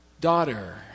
daughter